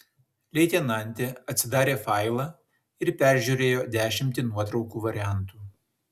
leitenantė atsidarė failą ir peržiūrėjo dešimtį nuotraukų variantų